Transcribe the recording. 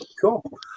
Cool